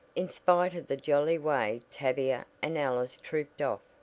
in spite of the jolly way tavia and alice trooped off,